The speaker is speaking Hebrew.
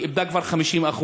היא איבדה כבר 50%,